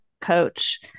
coach